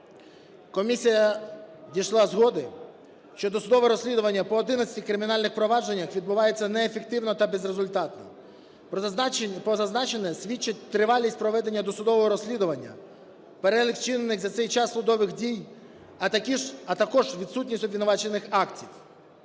Комісія дійшла згоди, що досудове розслідування по 11 кримінальних провадженнях відбувається неефективно та безрезультатно. Про зазначене свідчить тривалість проведення досудового розслідування, перелік вчинених за цей час судових дій, а також відсутність обвинувачуваних актів.